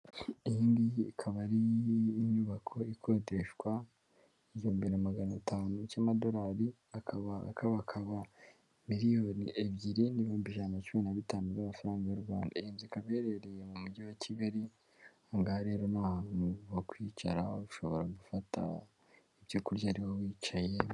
Iyi ngiyi ikaba ari inyubako ikodeshwa igihumbi na magana atanu cy'amadorari, akaba akabakaba miriyoni ebyiri n'ibihumbi ijana na cumi na bitanu by'amafaranga y'u Rwanda. Iyi inzu ikaba iherereye mu mujyi wa Kigali, aha ngaha rero ni ahantu ho kwicara, ushobora gufata ibyo kurya ariho wicaye...